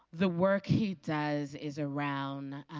the work he does is around